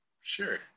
Sure